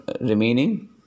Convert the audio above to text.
remaining